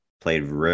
played